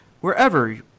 wherever